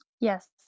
Yes